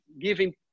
giving